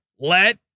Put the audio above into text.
let